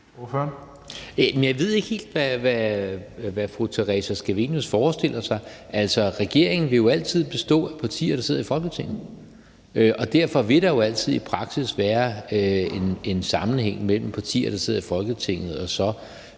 Jeg ved ikke helt, hvad fru Theresa Scavenius forestiller sig. Regeringen vil jo altid bestå af partier, der sidder i Folketinget, og derfor vil der jo i praksis altid være en sammenhæng mellem de partier, der sidder i Folketinget, og så